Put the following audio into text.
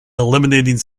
eliminating